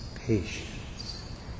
patience